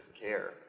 care